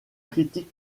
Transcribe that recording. critique